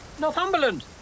Northumberland